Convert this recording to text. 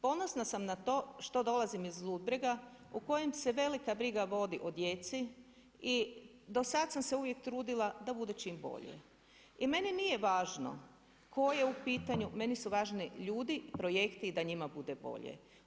Ponosna sam na to što dolazim iz Ludbrega, u kojem se velika briga vodi o djeci i do sad sam se uvijek trudila da bude čim bolje i meni nije važno tko je u pitanju, meni su važni ljudi, projekti i da njima bude bolje.